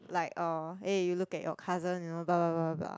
like um eh you look at your cousin you know blah blah blah blah blah